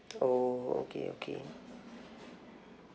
oh okay okay